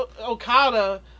Okada